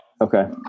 okay